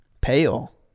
pale